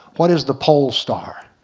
what is the pole star.